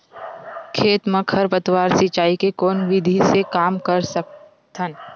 खेत म खरपतवार सिंचाई के कोन विधि से कम कर सकथन?